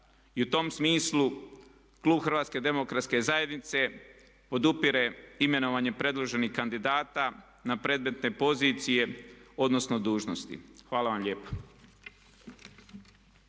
I u tom smislu Klub Hrvatske demokratske zajednice podupire imenovanje predloženih kandidata na predmetne pozicije odnosno dužnosti. Hvala vam lijepa.